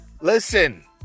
listen